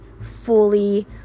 fully